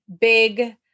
big